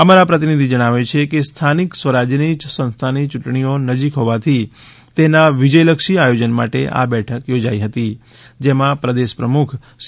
અમારા પ્રતિનિધિ જણાવે છે કે સ્થાનિક સ્વરાજ્યની સંસ્થાઓની ચૂંટણી નજીક હોવાથી તેના વિજયલક્ષી આયોજન માટે આ બેઠક યોજાઈ હતી જેમાં પ્રદેશ પ્રમુખ સી